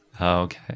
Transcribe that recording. Okay